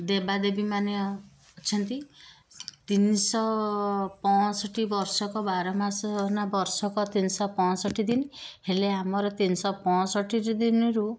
ଦେବାଦେବୀମାନେ ଅଛନ୍ତି ତିନିଶହ ପଅଁଷଠି ବର୍ଷକ ବାରମାସ ନା ବର୍ଷକ ତିନିଶହ ପଅଁଷଠି ଦିନ ହେଲେ ଆମର ତିନିଶହ ପଅଁଷଠି ଦିନରୁ